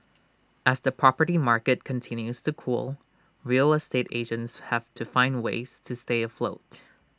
as the property market continues to cool real estate agents have to find ways to stay afloat